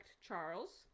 charles